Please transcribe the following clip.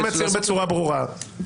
אני מצהיר בצורה ברורה,